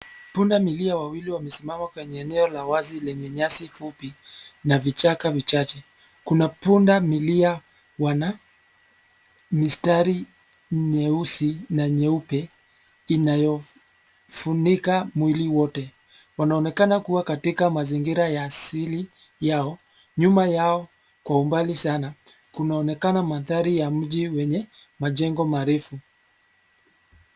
Pundamilia wawili wamesimama kwenye eneo la wazi lenye nyasi fupi na vichaka vichache. Kuna pundamilia wana mistari nyeusi na nyeupe inayofunika mwili wote. Wanaonekana kuwa katika mazingira ya asili yao. Nyuma yao kwa umbali sana, kunaonekana mandhari ya mji wenye majengo marefu.